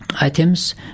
items